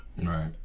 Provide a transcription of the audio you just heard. right